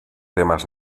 temas